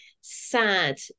sad